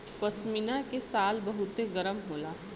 पश्मीना के शाल बहुते गरम होला